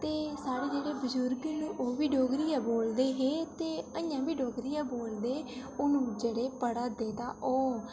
साढ़े जेह्ड़े बजुर्ग हे ओह् बी डोगरी गै बोलदे हे ते अजें बी डोगरी गै बोलदे हून जेह्ड़े पढ़ा दे तां ओह्